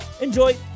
Enjoy